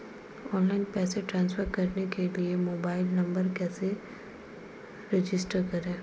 Online पैसे transfer करने के लिए मोबाइल नंबर कैसे रजिस्टर करें?